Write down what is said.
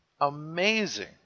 Amazing